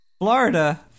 Florida